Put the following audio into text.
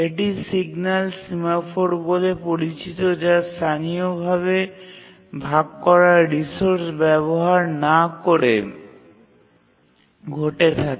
এটি signal semaphore বলে পরিচিত যা স্থানীয়ভাবে ভাগ করা রিসোর্স ব্যবহার না করে ঘটে থাকে